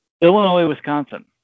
Illinois-Wisconsin